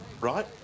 right